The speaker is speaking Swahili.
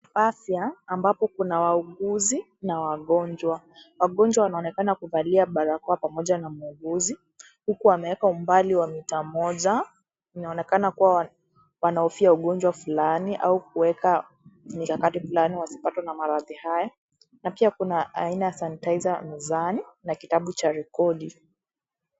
Afya ambapo kuna wahuguzi na wagonjwa. Wagonjwa wanaonekana kuvalia barakoa pamoja na mhuguzi huku wameweka umbali wa mita moja. Inaonekana kuwa wanahofia ugonjwa fulani au kuweka mkakati fulani wasipatwe na maradhi haya. Na pia kuna aina sanitiser mezani na kitabu cha rekodi.